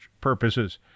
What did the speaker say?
purposes